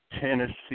Tennessee